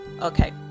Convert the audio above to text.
okay